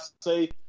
say